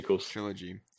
trilogy